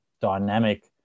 dynamic